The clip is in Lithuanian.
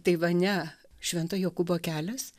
taivane švento jokūbo kelias